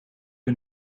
een